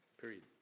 Period